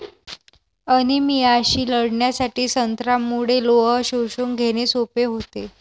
अनिमियाशी लढण्यासाठी संत्र्यामुळे लोह शोषून घेणे सोपे होते